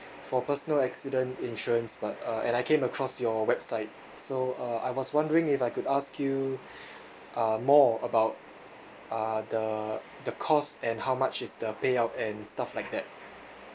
for personal accident insurance but uh and I came across your website so uh I was wondering if I could ask you uh more about uh the the cost and how much is the payout and stuff like that